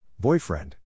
Boyfriend